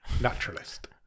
naturalist